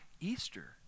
Easter